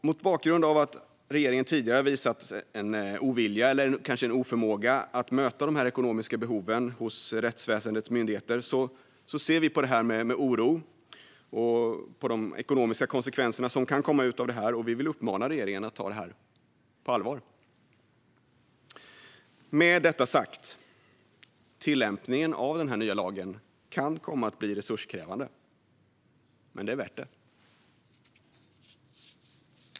Mot bakgrund av att regeringen tidigare visat ovilja eller kanske oförmåga att möta de ekonomiska behoven hos rättsväsendets myndigheter ser vi med oro på de ekonomiska konsekvenser som kan komma av detta och vill uppmana regeringen att ta det på allvar. Med detta sagt: Tillämpningen av den nya lagen kan komma att bli resurskrävande, men det är värt det.